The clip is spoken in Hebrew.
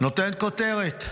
נותן כותרת: